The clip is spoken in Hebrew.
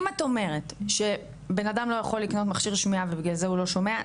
אם את אומרת שבן אדם צריך מכשיר שמיעה ובגלל זה הוא לא שומע,